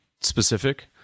specific